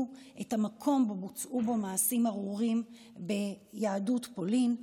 את המקום שבו בוצעו מעשים ארורים ביהדות פולין,